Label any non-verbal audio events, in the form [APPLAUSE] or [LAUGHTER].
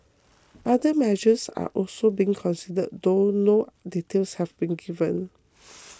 other measures are also being considered though no details have been given [NOISE]